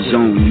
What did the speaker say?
Zone